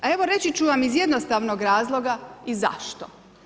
A evo reći ću vam iz jednostavnog razloga i zašto.